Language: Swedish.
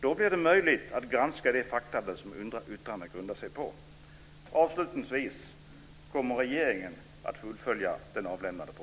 Då blir det möjligt att granska de fakta som yttrandet grundar sig på.